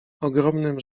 ogromnym